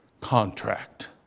contract